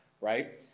right